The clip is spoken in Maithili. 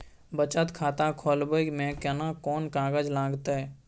बचत खाता खोलबै में केना कोन कागज लागतै?